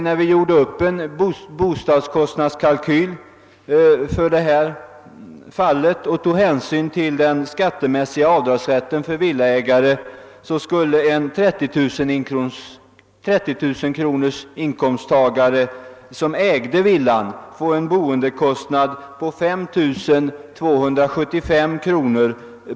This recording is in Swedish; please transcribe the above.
När vi gjorde upp en bostadskostnadskalkyl och tog hänsyn till den skattemässiga avdragsrätten för villaägare visade det sig att en 30 000-kronorsinkomsttagare som ägde villan skulle få en boendekostnad på 5275 kr.